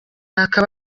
akaba